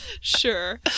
sure